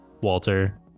Walter